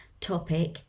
topic